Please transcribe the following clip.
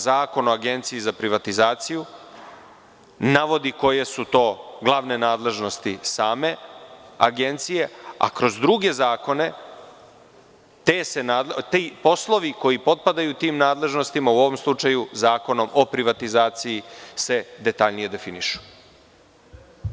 Zakon o Agenciji za privatizaciju navodi koje su to glavne nadležnosti same Agencije, a kroz druge zakone, poslovi koji potpadaju tim nadležnostima, u ovom slučaju Zakonom o privatizaciji, se detaljnije definišu.